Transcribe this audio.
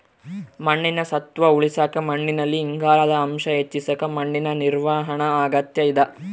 ಮಣ್ಣಿನ ಸತ್ವ ಉಳಸಾಕ ಮಣ್ಣಿನಲ್ಲಿ ಇಂಗಾಲದ ಅಂಶ ಹೆಚ್ಚಿಸಕ ಮಣ್ಣಿನ ನಿರ್ವಹಣಾ ಅಗತ್ಯ ಇದ